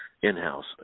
in-house